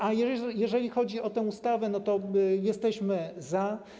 A jeżeli chodzi o tę ustawę, to jesteśmy za.